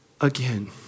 again